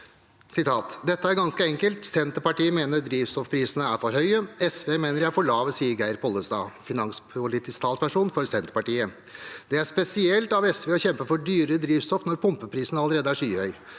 «Dette er ganske enkelt. Senterpartiet mener drivstoffprisene er for høye. SV mener de er for lave, sier Geir Pollestad, finanspolitisk talsperson for Senterpartiet. – Det er spesielt av SV å kjempe for dyrere drivstoff når pumpeprisen allerede er skyhøy.